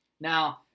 Now